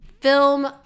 film